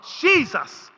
Jesus